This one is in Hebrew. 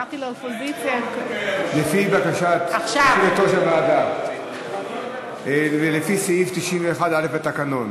לפי בקשת יושבת-ראש הוועדה ולפי סעיף 91(א) לתקנון,